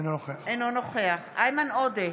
אינו נוכח איימן עודה,